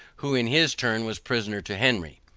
who in his turn was prisoner to henry.